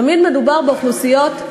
תמיד מדובר באוכלוסיות,